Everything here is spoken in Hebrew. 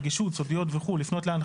"אין בהוראות חוק זה כדי לגרוע מתוקפו של